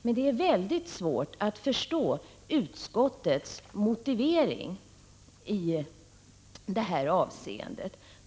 Men det är väldigt svårt att förstå utskottets motivering i det här avseendet.